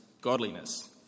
godliness